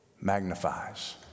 Magnifies